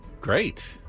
great